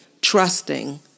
trusting